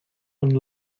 and